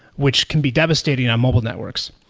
which can be devastating on mobile networks.